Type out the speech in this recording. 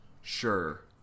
Sure